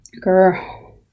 Girl